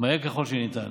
מהר ככל שניתן.